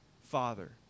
Father